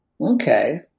okay